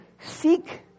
seek